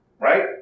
right